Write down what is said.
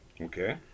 okay